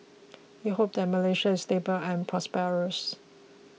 we hope that Malaysia is stable and prosperous